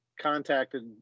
contacted